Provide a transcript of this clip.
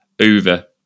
over